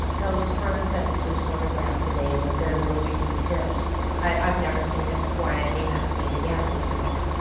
those ferns that we just photographed today, with their little droopy tips, i've never seen that before i may not see it again, you know?